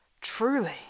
Truly